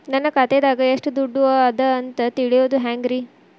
ನನ್ನ ಖಾತೆದಾಗ ಎಷ್ಟ ದುಡ್ಡು ಅದ ಅಂತ ತಿಳಿಯೋದು ಹ್ಯಾಂಗ್ರಿ?